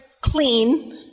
clean